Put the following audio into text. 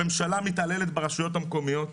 הממשלה מתעללת ברשויות המקומיות,